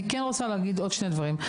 אני כן רוצה להגיד עוד שני דברים.